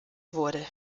wurde